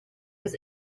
was